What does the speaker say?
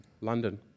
London